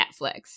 Netflix